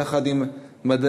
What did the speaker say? יחד עם מדענים,